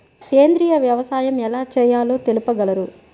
సేంద్రీయ వ్యవసాయం ఎలా చేయాలో తెలుపగలరు?